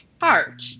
heart